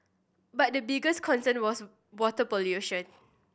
but the biggest concern was water pollution